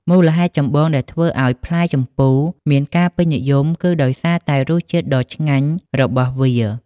មូលហេតុចម្បងដែលធ្វើឱ្យផ្លែជម្ពូមានការពេញនិយមគឺដោយសារតែរសជាតិដ៏ឆ្ងាញ់របស់វា។